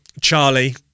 Charlie